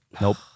Nope